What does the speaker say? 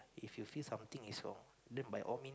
if you feel something is wrong then by all mean